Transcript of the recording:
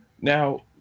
Now